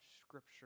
scripture